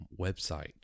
website